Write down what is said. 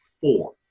Four